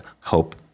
hope